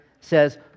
says